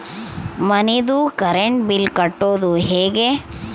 ಮನಿದು current bill ಕಟ್ಟೊದು ಹೇಗೆ?